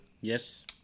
yes